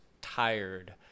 tired